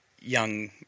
young